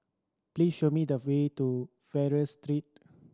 please show me the way to Fraser Street